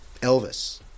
Elvis